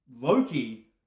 Loki